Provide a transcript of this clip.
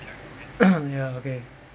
ya okay